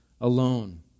alone